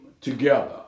together